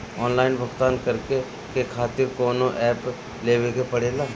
Online भुगतान करके के खातिर कौनो ऐप लेवेके पड़ेला?